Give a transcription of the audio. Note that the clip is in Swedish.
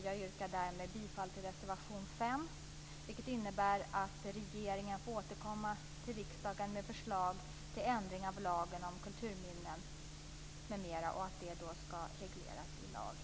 Jag yrkar därmed bifall till reservation 5, vilket innebär att regeringen får återkomma till riksdagen med förslag till ändring av lagen om kulturminnen m.m. och att utförsel ska regleras i lag.